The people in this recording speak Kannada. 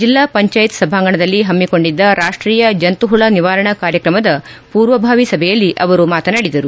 ಜಿಲ್ಲಾ ಪಂಚಾಯತ್ ಸಭಾಂಗಣದಲ್ಲಿ ಹಮ್ಮಿಕೊಂಡಿದ್ದ ರಾಷ್ಟೀಯ ಜಂತುಹುಳ ನಿವಾರಣಾ ಕಾರ್ಯಕ್ರಮದ ಪೂರ್ವಭಾವಿ ಸಭೆಯಲ್ಲಿ ಅವರು ಮಾತನಾಡಿದರು